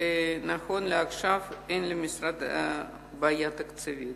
שנכון לעכשיו אין למשרד בעיה תקציבית.